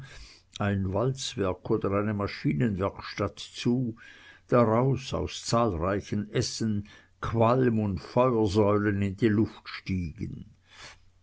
ein walzwerk oder eine maschinenwerkstatt zu draus aus zahlreichen essen qualm und feuersäulen in die luft stiegen